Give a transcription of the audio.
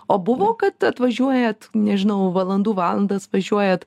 o buvo kad atvažiuojat nežinau valandų valandas važiuojat